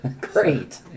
Great